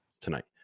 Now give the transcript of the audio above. tonight